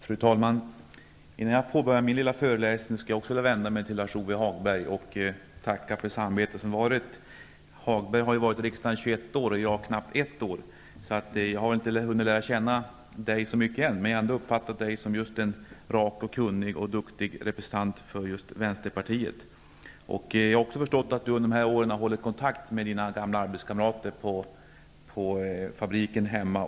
Fru talman! Innan jag påbörjar min lilla föreläsning skall även jag vända mig till Lars-Ove Hagberg och tacka för det samarbete som vi har haft. Lars-Ove Hagberg har varit i riksdagen i 21 år och jag knappt i ett år. Jag har därför inte hunnit lära känna honom så mycket, men jag har ändå uppfattat honom som en rak, kunnig och duktig representant för just Vänsterpartiet. Jag har också förstått att Lars-Ove Hagberg under dessa år har hållit kontakt med sina gamla arbetskamrater på fabriken hemma.